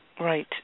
Right